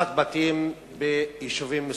הריסת בתים ביישובים מסוימים.